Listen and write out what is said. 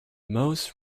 most